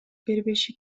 бербеши